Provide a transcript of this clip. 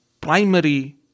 primary